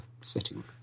setting